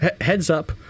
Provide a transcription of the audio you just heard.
Heads-up